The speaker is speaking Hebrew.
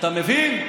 אתה מבין?